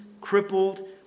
crippled